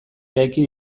eraiki